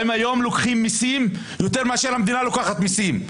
היום הם לוקחים מיסים הרבה יותר מאשר המדינה לוקחת מיסים.